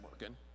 working